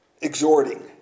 exhorting